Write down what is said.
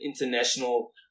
international